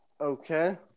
Okay